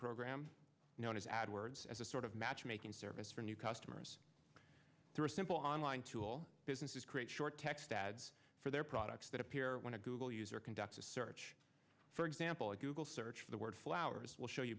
program known as ad words as a sort of matchmaking service for new customers through simple online tool businesses create short text ads for their products that appear when a google user conduct a search for example a google search for the word flowers will show you